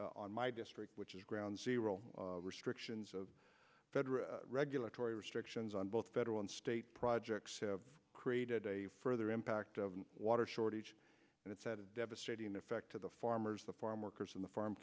on my district which is ground zero restrictions of federal regulatory restrictions on both federal and state projects have created a further impact of a water shortage and it's a devastating effect to the farmers the farm workers and the farm